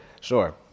sure